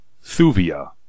Thuvia